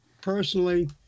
Personally